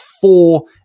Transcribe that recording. four